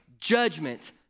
judgment